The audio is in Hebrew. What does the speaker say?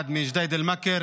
אחד מג'דיידה-מכר